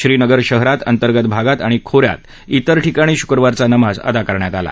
श्रीनगर शहरात अंतर्गत भागात आणि खोऱ्यात इतर ठिकाणी शुक्रवारचा नमाज अदा करण्यात आला